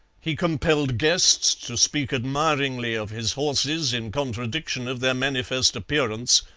he compelled guests to speak admiringly of his horses, in contradiction of their manifest appearance.